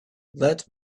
let